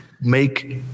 make